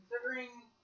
considering